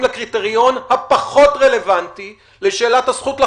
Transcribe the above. לקריטריון הפחות רלוונטי לשאלת הזכות לחיים,